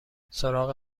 سراغ